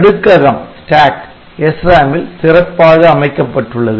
அடுக்ககம் SRAM ல் சிறப்பாக அமைக்கப்பட்டுள்ளது